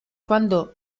quando